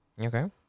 Okay